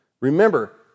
Remember